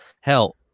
Hell